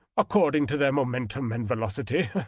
according to their momentum and velocity.